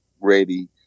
ready